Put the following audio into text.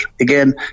again